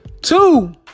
Two-